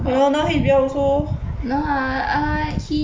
no ah uh he not sure